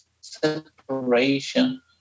Separation